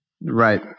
Right